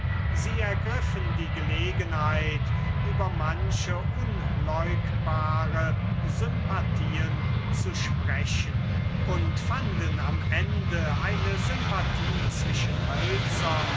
sie ergriffen die gelegenheit über manche unleugbare sympathien zu sprechen und fanden am ende eine sympathie zwischen